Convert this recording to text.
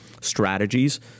strategies